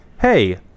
hey